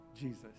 Jesus